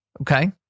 Okay